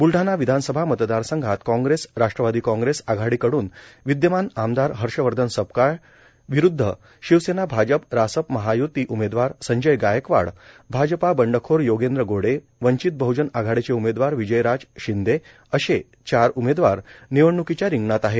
ब्लडाणा विधानसभा मतदारसंघात काँग्रेस राष्ट्रवादी काँग्रेस आघाडी कडून विद्यमान आमदार हर्षवर्धन सपकाळ विरुद्ध शिवसेना भाजप रासप महाय्ती उमेदवार संजय गायकवाड भाजपा बंडखोर योगेंद्र गोडे वंचित बह्जन आघाडीचे उमेदवार विजयराज शिंदे असे चार उमेदवार निवडण्कीच्या रिंगणात आहेत